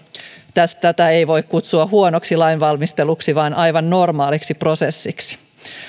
tätä ei voi kutsua huonoksi lainvalmisteluksi vaan aivan normaaliksi prosessiksi